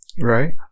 right